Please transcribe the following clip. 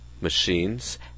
machines